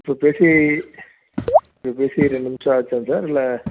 இப்போ பேசி இப்போ பேசி ரெண்டு நிமிஷம் ஆச்சாங்க சார் இல்லை